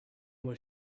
was